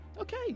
Okay